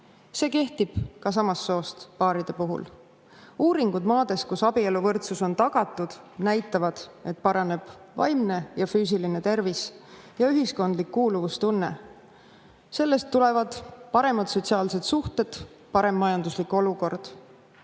See kehtib ka samast soost paaride puhul. Uuringud maades, kus abieluvõrdsus on tagatud, näitavad, et paraneb vaimne ja füüsiline tervis ja [tugevneb] ühiskondlik kuuluvustunne. Sellest tulenevad paremad sotsiaalsed suhted, parem majanduslik olukord. Tahan